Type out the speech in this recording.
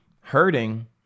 hurting